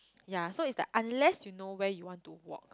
ya so it's like unless you know where you want to walk